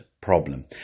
problem